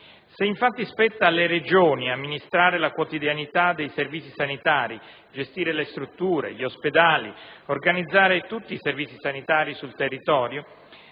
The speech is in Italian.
Se infatti spetta alle Regioni amministrare la quotidianità dei servizi sanitari, gestire le strutture, gli ospedali, organizzare tutti i servizi sanitari sul territorio,